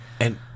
And-